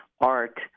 art